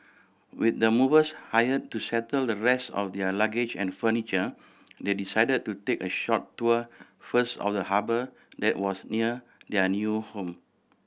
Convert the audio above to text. with the movers hire to settle the rest of their luggage and furniture they decided to take a short tour first of the harbour that was near their new home